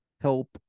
help